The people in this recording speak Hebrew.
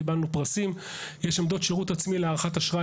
חמש שאושרו השנה,